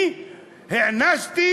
אני הענשתי